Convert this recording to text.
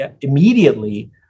immediately